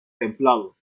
templado